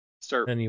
start